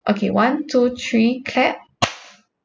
okay one two three clap